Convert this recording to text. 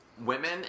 Women